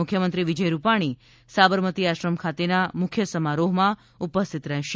મુખ્યમંત્રી વિજય રૂપાણી સાબરમતી આશ્રમ ખાતેના મુખ્ય સમારોહમાં ઉપસ્થિત રહેશે